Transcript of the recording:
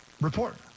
report